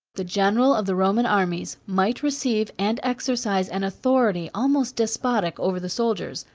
the general of the roman armies might receive and exercise an authority almost despotic over the soldiers,